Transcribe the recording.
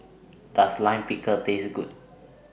Does Lime Pickle Taste Good